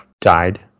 died